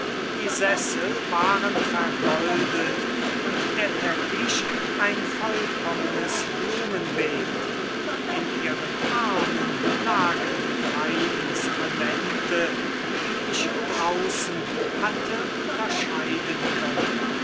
die sessel waren vergoldet und der teppich ein vollkommenes blumenbeet in ihren armen lagen die drei instrumente die ich draußen hatte unterscheiden können